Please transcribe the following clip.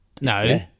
No